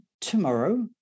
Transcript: tomorrow